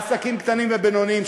עסקים קטנים ובינוניים,